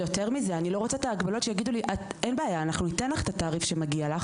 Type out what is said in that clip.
ויותר מזה: אנחנו אני לא רוצה את ההגבלות שיגידו לי